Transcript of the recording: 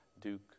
Duke